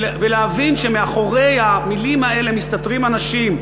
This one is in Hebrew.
ולהבין שמאחורי המילים האלה מסתתרים אנשים,